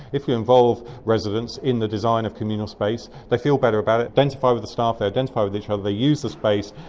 if you involve residents in the design of communal space they feel better about it, identify with the staff, they identify with each other, they use the space,